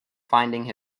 finding